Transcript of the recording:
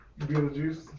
Beetlejuice